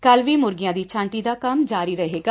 ਕੱਲੁ ਵੀ ਮੁਰਗੀਆਂ ਦੀ ਛਾਂਟੀ ਦਾ ਕੰਮ ਜਾਰੀ ਰਹੇਗਾ